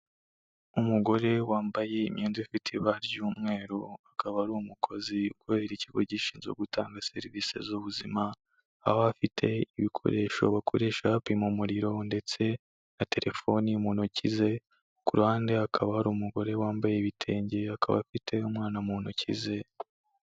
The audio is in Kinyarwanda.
Umugore wambaye imyenda ifite ibara ry'umweru akaba ari umukozi kubera ikigo gishinzwe gutanga serivisi z'ubuzima, aho afite ibikoresho bakoresha bapima umuriro ndetse na telefoni mu ntoki ze, ku ruhande hakaba hari umugore wambaye ibitenge akaba afite umwana mu ntoki ze.